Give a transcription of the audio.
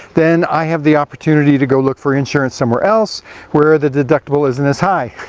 then i have the opportunity to go look for insurance somewhere else where the deductible isn't as high.